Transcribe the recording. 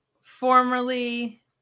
formerly